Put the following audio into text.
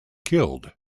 killed